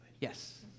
Yes